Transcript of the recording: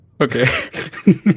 Okay